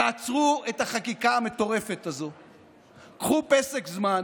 תעצרו את החקיקה המטורפת הזו, קחו פסק זמן,